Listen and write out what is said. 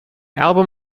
album